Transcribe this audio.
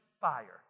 fire